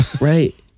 right